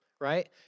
right